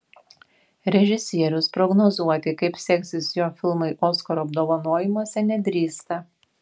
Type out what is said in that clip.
režisierius prognozuoti kaip seksis jo filmui oskaro apdovanojimuose nedrįsta